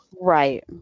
right